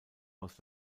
aus